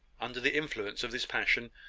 under the influence of this passion,